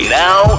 now